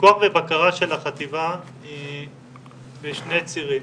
פיקוח ובקרה של החטיבה בשני צירים,